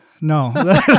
No